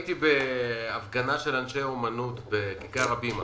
אתמול הייתי בהפגנה של אנשי האמנות בכיכר הבימה.